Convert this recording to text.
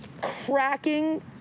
cracking